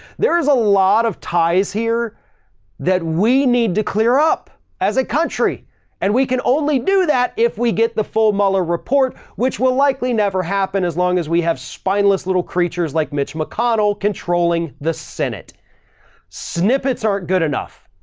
there is a lot of ties here that we need to clear up as a country and we can only do that if we get the full mueller report, which will likely never happen as long as we have spineless little creatures like mitch mcconnell controlling the senate snippets aren't good enough.